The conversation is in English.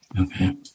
Okay